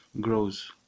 grows